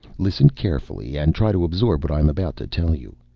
listen carefully and try to absorb what i am about to tell you.